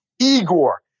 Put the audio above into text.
Igor